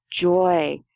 joy